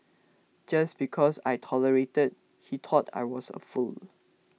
just because I tolerated he thought I was a fool